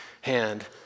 hand